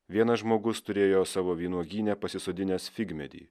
vienas žmogus turėjo savo vynuogyne pasisodinęs figmedį